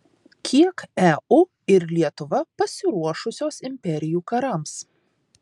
kiek eu ir lietuva pasiruošusios imperijų karams